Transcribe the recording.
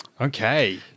Okay